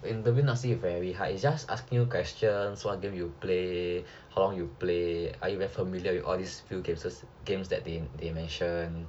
the interview not say very hard it's just asking you questions what game you play how long you play are you familiar with all these few cases games that they mention